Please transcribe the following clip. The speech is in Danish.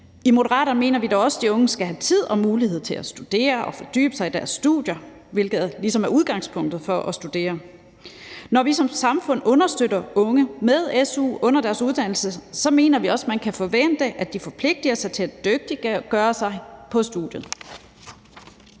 I Moderaterne mener vi dog også, at de unge skal have tid til og mulighed for at studere og fordybe sig i deres studier, hvilket ligesom er udgangspunktet for at studere. Når vi som samfund understøtter unge med su under deres uddannelse, mener vi også, at man kan forvente, at de forpligtiger sig til at dygtiggøre sig på studiet,